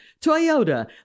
Toyota